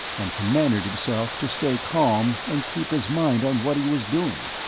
and commanded himself to stay calm and keep his mind on what he was doing.